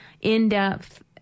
in-depth